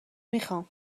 میخوام